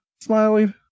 smiley